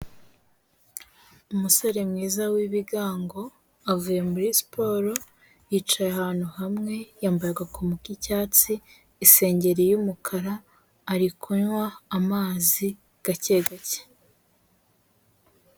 Umusore mwiza w'bigango, avuye muri siporo, yicaye ahantu hamwe, yambaye agakomo k'icyatsi, isengeri y'umukara, ari kunywa amazi gake gake.